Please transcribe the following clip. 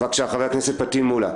בבקשה, חבר הכנסת פטין מולא.